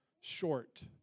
short